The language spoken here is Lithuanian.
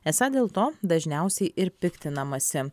esą dėl to dažniausiai ir piktinamasi